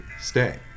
Stay